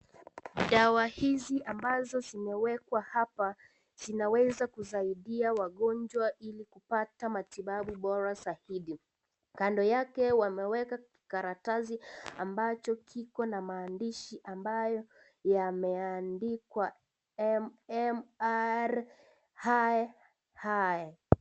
Dawa hizi ambazo zimewekwa hapa zinaweza kusaidia wagonjwa ili kupata matibabu bora zaidi. Kando yake wameweka kikaratasi ambacho kiko na maandishi ambayo yameandikwa MMR.